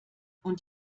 und